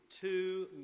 two